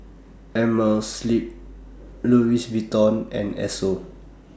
Amerisleep Louis Vuitton and Esso